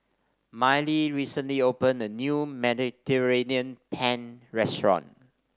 Mylee recently opened a new Mediterranean Penne Restaurant